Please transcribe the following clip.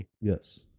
Yes